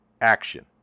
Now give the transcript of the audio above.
Action